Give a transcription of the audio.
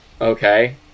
Okay